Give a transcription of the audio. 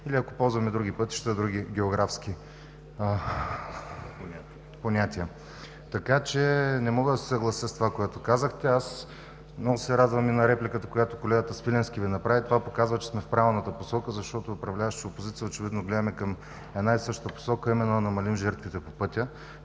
или ако ползваме други пътища и други географски понятия. Така че не мога да се съглася с това, което казахте. Много се радвам и на репликата, която колегата Свиленски Ви направи. Това показва, че сме в правилната посока, защото управляващи и опозиция очевидно гледаме към една и съща посока, а именно да намалим жертвите по пътя.